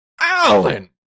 Alan